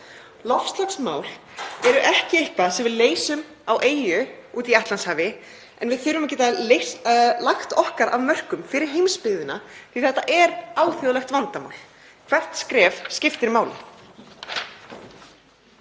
Loftslagsmál eru ekki eitthvað sem við leysum á eyju úti í Atlantshafi en við þurfum að geta lagt okkar af mörkum fyrir heimsbyggðina því að þetta er alþjóðlegt vandamál. Hvert skref skiptir máli.